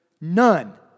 None